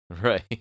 right